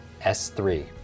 S3